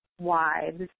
wives